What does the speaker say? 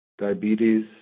diabetes